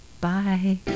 Bye